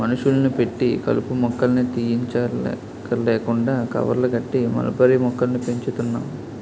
మనుషుల్ని పెట్టి కలుపు మొక్కల్ని తీయంచక్కర్లేకుండా కవర్లు కట్టి మల్బరీ మొక్కల్ని పెంచుతున్నాం